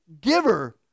giver